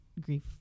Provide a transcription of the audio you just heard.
grief